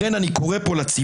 לכן אני קורא פה לציבור,